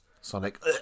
Sonic